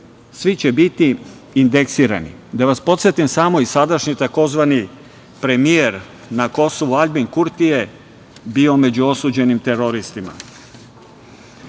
Svi će biti indeksirani. Da vas podsetim samo, i sadašnji tzv. premijer na Kosovu Aljbin Kurti je bio među osuđenim teroristima. Tako